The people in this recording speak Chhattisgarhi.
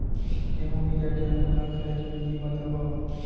गेहूँ बीजा के अंकुरण करे के विधि बतावव?